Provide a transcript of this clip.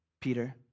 Peter